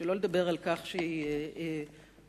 שלא לדבר על כך שהיא אומללה,